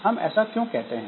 हम ऐसा क्यों कहते हैं